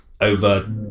over